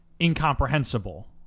incomprehensible